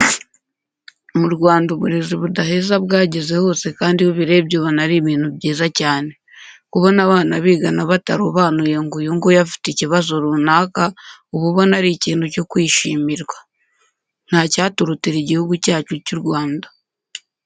Mu Rwanda uburezi budaheza bwageze hose kandi iyo ubirebye ubona ari ibintu byiza cyane. Kubona abana bigana batarobanuye ngo uyu nguyu afite ikibazo runaka, uba ubona ari ikintu cyo kwishimirwa. Ntacyaturutira Igihugu cyacu cy'u Rwanda.